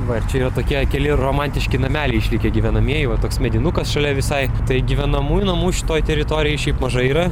va čia yra tokie keli romantiški nameliai išlikę gyvenamieji va toks medinukas šalia visai tai gyvenamųjų namų šitoj teritorijoj šiaip mažai yra